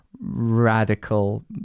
radical